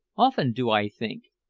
often do i think,